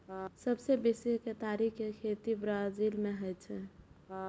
सबसं बेसी केतारी के खेती ब्राजील मे होइ छै